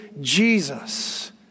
Jesus